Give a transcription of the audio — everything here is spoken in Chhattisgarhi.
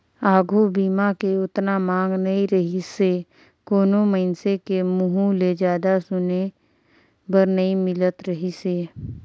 आघू बीमा के ओतना मांग नइ रहीसे कोनो मइनसे के मुंहूँ ले जादा सुने बर नई मिलत रहीस हे